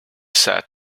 said